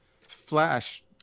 Flash